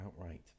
outright